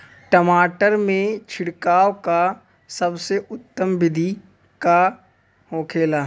टमाटर में छिड़काव का सबसे उत्तम बिदी का होखेला?